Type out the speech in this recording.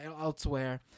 elsewhere